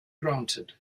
granted